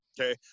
okay